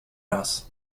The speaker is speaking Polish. raz